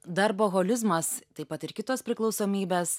darboholizmas taip pat ir kitos priklausomybės